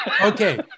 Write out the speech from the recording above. Okay